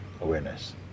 awareness